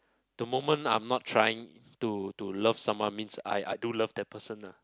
the moment I'm not trying to to love someone means I I do love that person lah